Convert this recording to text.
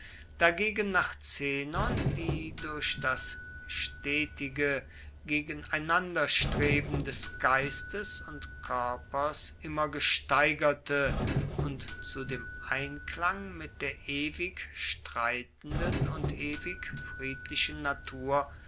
dagegen nach zenon die durch das stetige gegeneinanderstreben des geistes und körpers immer gesteigerte und zu dem einklang mit der ewig streitenden und ewig friedlichen natur